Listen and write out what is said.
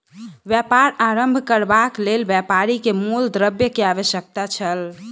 व्यापार आरम्भ करबाक लेल व्यापारी के मूल द्रव्य के आवश्यकता छल